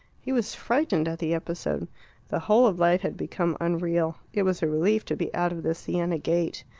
he was frightened at the episode the whole of life had become unreal. it was a relief to be out of the siena gate.